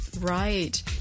right